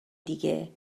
دیگه